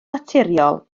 naturiol